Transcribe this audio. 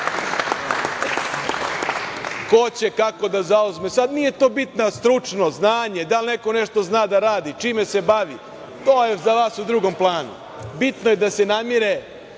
ko će kako da zauzme. Nije sada bitna stručnost, znanje, da li neko nešto zna da radi, čime se bavi, to je za vas u drugom planu. Bitno je da se namire